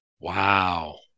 Wow